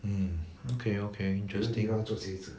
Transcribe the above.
mm okay okay interesting